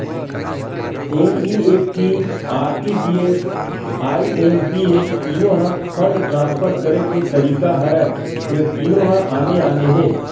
NEFT, RTGS, IMPS तीनो ह fund transfer करे के तरीका हरय फेर तीनो ह आने आने हे